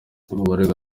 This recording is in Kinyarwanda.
abaregwa